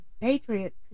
Patriots